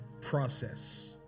process